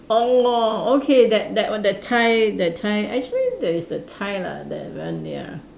orh okay that that that Thai that Thai actually there is a tie lah that one ya